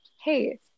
Hey